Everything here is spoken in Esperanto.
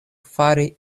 fari